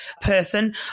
person